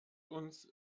uns